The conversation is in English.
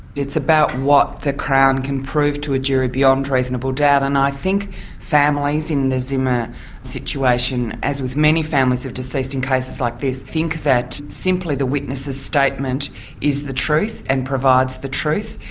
it's about what the crown can prove to a jury beyond reasonable doubt, and i think families in the zimmer situation, as with many families of deceased in cases like this, think that simply the witness's statement is the truth and provides the truth,